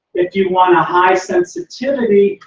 if you want a high sensitivity,